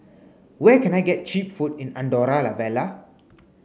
where can I get cheap food in Andorra la Vella